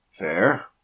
Fair